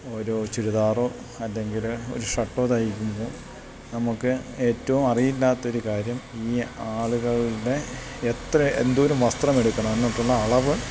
ഒരു ചുരിദാറോ അല്ലെങ്കില് ഒരു ഷർട്ടോ തയ്ക്കുമ്പോള് നമക്കേറ്റവും അറിയില്ലാത്തൊരു കാര്യം ഈ ആളുകളുടെ എത്ര വസ്ത്രമെടുക്കണം എന്നിട്ടുള്ള അളവ്